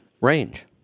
Range